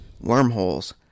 wormholes